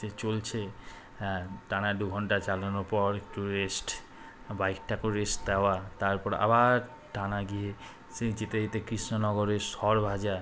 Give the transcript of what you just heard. সে চলছে হ্যাঁ টানায় দু ঘণ্টা চালানোর পর একটু রেস্ট বাইকটাকে রেস্ট দেওয়া তারপর আবার টানা গিয়ে সেই যেতে যেতে কৃষ্ণনগরের সরভাজা